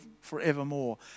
forevermore